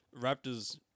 Raptors